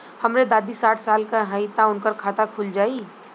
हमरे दादी साढ़ साल क हइ त उनकर खाता खुल जाई?